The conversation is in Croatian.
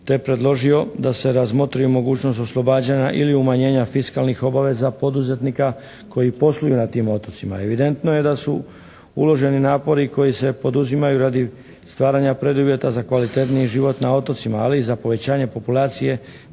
te predložio da se razmotri mogućnost oslobađanja ili umanjenja fiskalnih obaveza poduzetnika koji posluju na tim otocima. Evidentno je da su uloženi napori koji se poduzimaju radi stvaranja preduvjeta za kvalitetniji život na otocima ali i za povećanje populacije